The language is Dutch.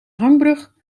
hangbrug